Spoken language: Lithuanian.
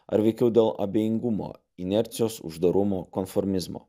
ar veikiau dėl abejingumo inercijos uždarumo konformizmo